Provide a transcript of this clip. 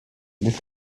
this